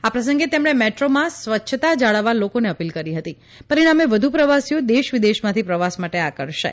આ પ્રસંગે તેમણે મેટ્રોમાં સ્વચ્છતા જાળવવા લોકોને અપીલ કરી હતી પરિણામે વધુ પ્રવાસીઓ દેશ વિદેશમાંથી પ્રવાસ માટે આકર્ષાથ